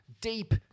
deep